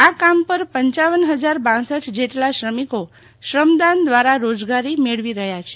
આ કામ પર પપ હજાર બાસઠ જેટલા શ્રમિકો શ્રમદાન દ્વારા રોજગારી મેળવી રહ્યા છે